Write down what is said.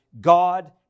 God